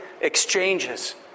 exchanges